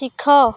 ଶିଖ